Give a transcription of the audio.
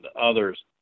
others